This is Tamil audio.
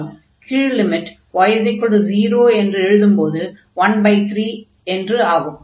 கீழ் லிமிட் y0 என்று எழுதும்போது 13 என்று ஆகும்